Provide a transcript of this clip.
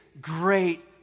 great